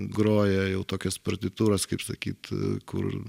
groja jau tokias partitūras kaip sakyt kur